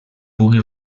pugui